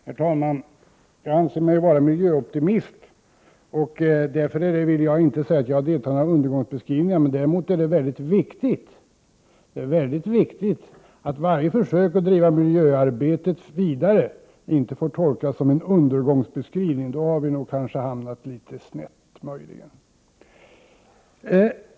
Herr talman! Jag anser mig vara miljöoptimist, därför vill jag inte säga att jag deltar i några undergångsbeskrivningar. Däremot är det mycket viktigt att varje försök att driva miljöarbetet vidare inte får tolkas som en undergångsbeskrivning, då har vi hamnat litet snett.